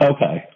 Okay